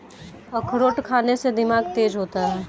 अखरोट खाने से दिमाग तेज होता है